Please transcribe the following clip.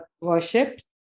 worshipped